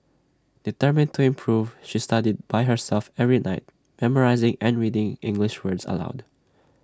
determined to improve she studied by herself every night memorising and reading English words aloud